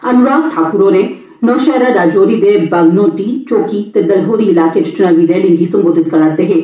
अनुराग ठाकुर होरें नौशैहरा रजौरी दे बगनोटी चौकी ते दलहोरी इलाके च चुनावी रैली गी संबोधित करा करदे हे